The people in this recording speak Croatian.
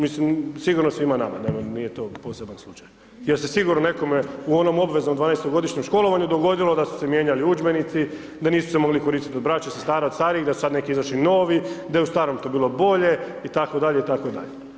Mislim sigurno svima nama, nije to poseban slučaj, jer se sigurno nekom u onom obveznom 12 godišnjem školovanju dogodilo da su se mijenjali udžbenici, da nisu se mogli koristit od braće, sestara od starijih, da su sad neki izašli novi, da je u starom to bilo bolje itd., itd.